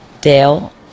Dale